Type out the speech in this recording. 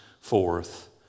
forth